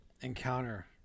encounter